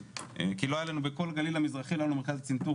כי לא היה לנו בכל הגליל המזרחי לא היה לנו מרכז צנתור